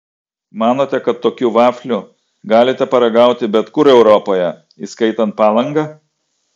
manote kad tokių vaflių galite paragauti bet kur europoje įskaitant palangą